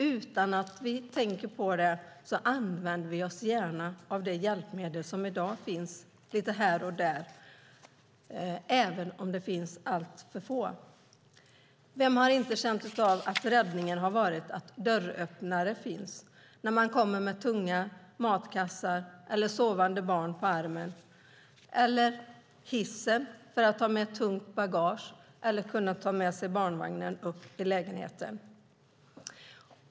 Utan att vi tänker på det använder vi oss gärna av de hjälpmedel som i dag finns lite här och där, även om de är för få. Vem har inte känt att räddningen är en dörröppnare när man kommer med tunga kassar, eller sovande barn på armen, eller att hissen har varit räddningen när man har haft tungt bagage eller en barnvagn att ta med sig upp i lägenheten?